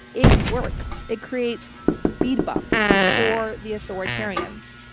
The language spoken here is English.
it works. it creates speed bumps for the authoritarians.